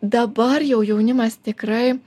dabar jau jaunimas tikrai